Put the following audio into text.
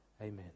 Amen